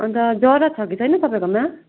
अन्त जरा छ कि छैन तपाईँकोमा